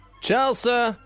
Chelsea